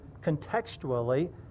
contextually